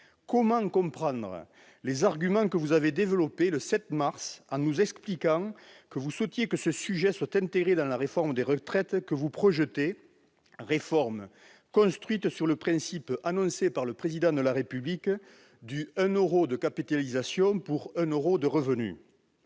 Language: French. Comment comprendre les arguments que vous avez développés le 7 mars ? Vous nous aviez expliqué que vous souhaitiez que ce sujet soit intégré dans la réforme des retraites que vous projetez, réforme construite sur le principe annoncé par le Président de la République du « 1 euro de capitalisation pour 1 euro de revenu